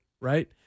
right